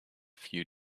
few